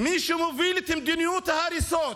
מי שמוביל את מדיניות ההריסות,